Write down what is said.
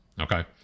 Okay